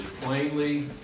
plainly